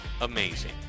amazing